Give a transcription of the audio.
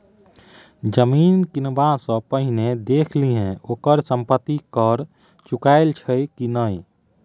जमीन किनबा सँ पहिने देखि लिहें ओकर संपत्ति कर चुकायल छै कि नहि?